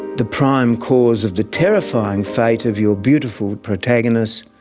the prime cause of the terrifying fate of your beautiful protagonist,